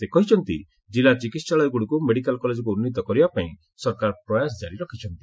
ସେ କହିଛନ୍ତି ଜିଲ୍ଲା ଚିକିହାଳୟଗୁଡ଼ିକୁ ମେଡିକାଲ୍ କଲେଜ୍କୁ ଉନ୍ଦୀତ କରିବାପାଇଁ ସରକାର ପ୍ରୟାସ ଜାରି ରଖିଛନ୍ତି